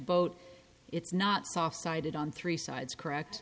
boat it's not soft sided on three sides correct